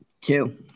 Two